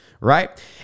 right